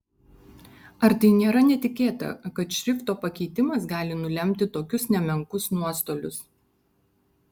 ar tai nėra netikėta kad šrifto pakeitimas gali nulemti tokius nemenkus nuostolius